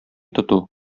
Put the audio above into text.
тоту